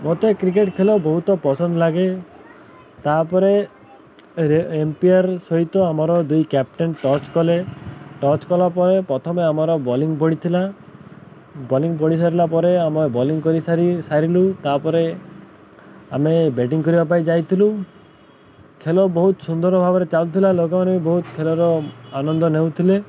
ମୋତେ କ୍ରିକେଟ ଖେଳ ବହୁତ ପସନ୍ଦ ଲାଗେ ତା'ପରେ ଏମ୍ପିୟାର ସହିତ ଆମର ଦୁଇ କ୍ୟାପଟେନ ଟସ୍ କଲେ ଟସ୍ କଲା ପରେ ପ୍ରଥମେ ଆମର ବୋଲିଂ ପଢ଼ିଥିଲା ବୋଲିଂ ବଢ଼ି ସାରିଲା ପରେ ଆମେ ବୋଲିଂ କରିସାରି ସାରିଲୁ ତା'ପରେ ଆମେ ବ୍ୟାଟିଂ କରିବା ପାଇଁ ଯାଇଥିଲୁ ଖେଳ ବହୁତ ସୁନ୍ଦର ଭାବରେ ଚାଲୁଥିଲା ଲୋକମାନେ ବି ବହୁତ ଖେଳର ଆନନ୍ଦ ନେଉଥିଲେ